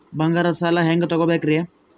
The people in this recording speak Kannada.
ಬಂಗಾರದ್ ಸಾಲ ಹೆಂಗ್ ತಗೊಬೇಕ್ರಿ?